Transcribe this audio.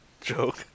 joke